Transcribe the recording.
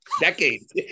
decades